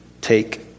take